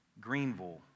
Greenville